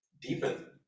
deepen